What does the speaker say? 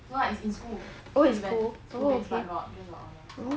you know what is in school event school based but got guest of honour